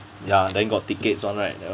ya then got tickets one right now that one